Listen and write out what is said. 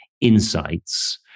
insights